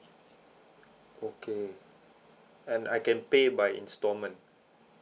okay and I can pay by instalment